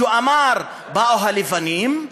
שאמר: באו הלבנים,